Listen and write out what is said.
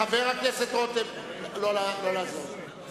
חבר הכנסת רותם, לא לעזור לי.